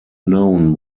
known